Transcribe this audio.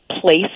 place